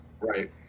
Right